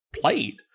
played